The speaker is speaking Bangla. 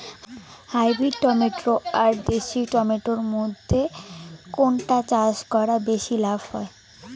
হাইব্রিড টমেটো আর দেশি টমেটো এর মইধ্যে কোনটা চাষ করা বেশি লাভ হয়?